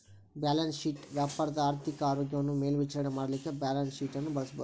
balance sheet ವ್ಯಾಪಾರದ ಆರ್ಥಿಕ ಆರೋಗ್ಯವನ್ನ ಮೇಲ್ವಿಚಾರಣೆ ಮಾಡಲಿಕ್ಕೆ ಬ್ಯಾಲನ್ಸ್ಶೇಟ್ ಬಳಸಬಹುದು